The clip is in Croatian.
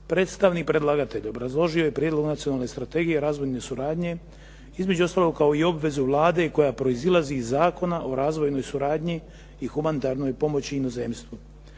Predstavnik predlagatelja obrazložio je Prijedlog nacionalne strategije razvojne suradnje između ostalog kao i obvezu Vlade koja proizlazi iz Zakona o razvojnoj suradnji i humanitarnoj pomoći inozemstvu.